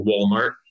Walmart